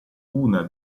una